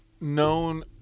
known